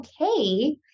okay